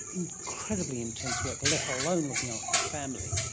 incredibly intense work let alone looking after a family.